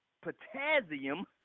Potassium